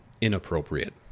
inappropriate